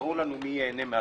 וברור לנו מי ייהנה מזה.